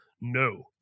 No